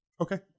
Okay